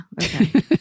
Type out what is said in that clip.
okay